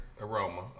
Aroma